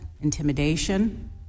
intimidation